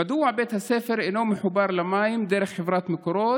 1. מדוע בית הספר אינו מחובר למים דרך חברת מקורות?